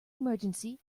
emergency